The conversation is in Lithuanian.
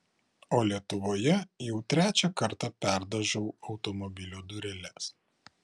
o lietuvoje jau trečią kartą perdažau automobilio dureles